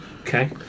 Okay